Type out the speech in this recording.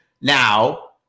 now